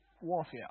warfare